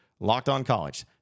LockedOnCollege